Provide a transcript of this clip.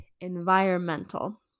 environmental